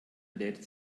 lädt